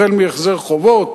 החל מהחזר חובות,